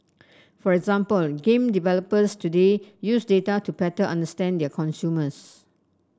for example game developers today use data to better understand their consumers